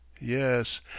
Yes